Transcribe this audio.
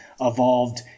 evolved